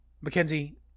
Mackenzie